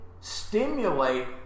stimulate